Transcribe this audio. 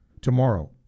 tomorrow